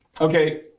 Okay